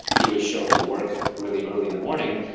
he would show up to work really early in the morning,